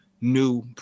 new